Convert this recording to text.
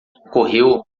correu